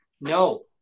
no